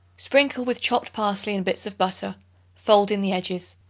sprinkle with chopped parsley and bits of butter fold in the edges.